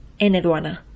Enedwana